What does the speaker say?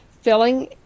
filling